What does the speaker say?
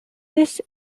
this